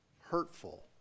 hurtful